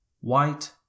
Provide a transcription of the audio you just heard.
white